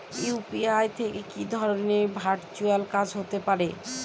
UPI থেকে কি ধরণের ভার্চুয়াল কাজ হতে পারে?